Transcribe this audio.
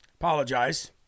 Apologize